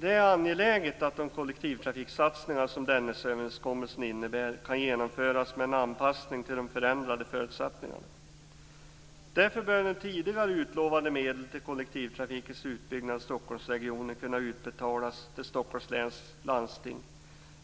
Det är angeläget att de kollektivtrafiksatsningar som Dennisöverenskommelsen innebar kan genomföras med en anpassning till de förändrade förutsättningarna. Därför bör tidigare utlovade medel till kollektivtrafikens utbyggnad i Stockholmsregionen kunna utbetalas till Stockholms läns landsting